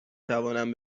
توانم